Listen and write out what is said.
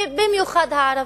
ובמיוחד הערבים.